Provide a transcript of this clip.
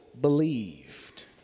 believed